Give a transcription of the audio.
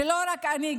ולא רק אני,